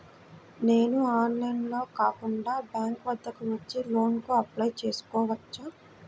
నేను ఆన్లైన్లో కాకుండా బ్యాంక్ వద్దకు వచ్చి లోన్ కు అప్లై చేసుకోవచ్చా?